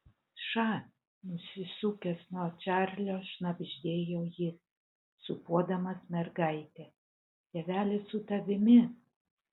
ša nusisukęs nuo čarlio šnabždėjo jis sūpuodamas mergaitę tėvelis su tavimi